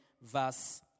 verse